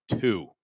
two